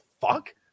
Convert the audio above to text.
fuck